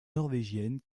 norvégienne